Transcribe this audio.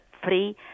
free